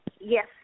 Yes